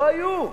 לא היו.